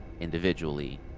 individually